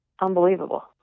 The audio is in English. unbelievable